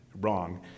wrong